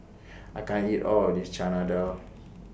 I can't eat All of This Chana Dal